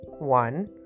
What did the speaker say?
One